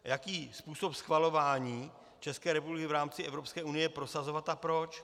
Jaký způsob schvalování v České republice v rámci Evropské unie prosazovat a proč?